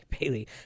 Bailey